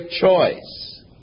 choice